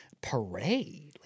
Parade